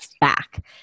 back